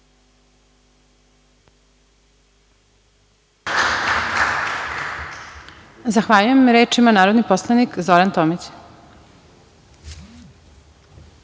Zahvaljujem. Reč ima narodni poslanik Zoran Tomić.